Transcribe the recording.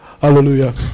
Hallelujah